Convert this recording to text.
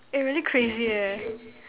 eh really crazy eh